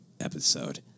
episode